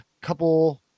couple